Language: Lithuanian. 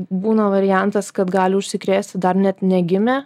būna variantas kad gali užsikrėsti dar net negimę